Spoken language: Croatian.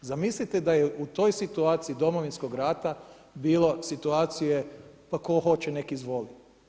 Zamislite da je u toj situaciji Domovinskog rata bilo situacije – pa tko hoće nek izvoli!